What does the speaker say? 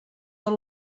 tot